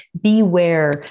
beware